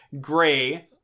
gray